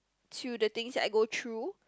to the things that I go through